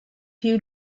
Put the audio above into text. you